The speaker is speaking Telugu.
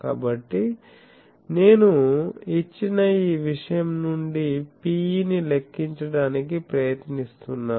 కాబట్టి నేను ఇచ్చిన ఈ విషయం నుండి Pe ని లెక్కించడానికి ప్రయత్నిస్తున్నాను